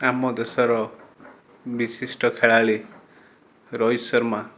ଆମ ଦେଶର ବିଶିଷ୍ଟ ଖେଳାଳି ରୋହିତ ଶର୍ମା